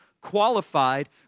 qualified